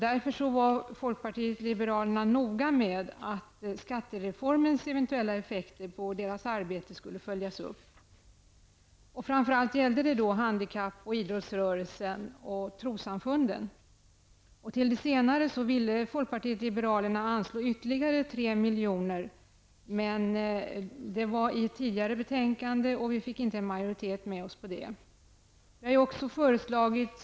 Därför var folkpartiet liberalerna noga med att skattereformens eventuella effekter på folkrörelsernas arbete skulle följas upp. Det gällde framför allt handikapp och idrottsrörelsen samt trossamfunden. Till de senare ville folkpartiet liberalerna anslå ytterligare 3 milj.kr., men det kravet framfördes i ett tidigare betänkande, och vi fick inte med oss någon majoritet för detta.